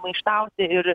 maištauti ir